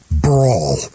brawl